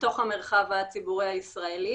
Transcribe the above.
בתוך המרחב הציבורי הישראלי.